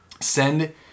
send